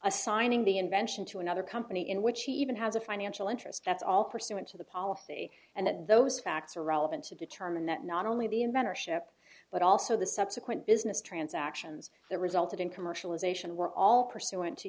assigning the invention to another company in which he even has a financial interest that's all pursuant to the policy and that those facts are relevant to determine that not only the inventor ship but also the subsequent business transactions the resulted in commercialization were all pursuant to